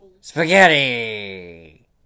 Spaghetti